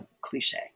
cliche